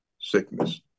sickness